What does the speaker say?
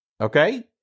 okay